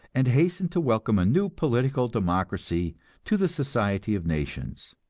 and hastened to welcome a new political democracy to the society of nations.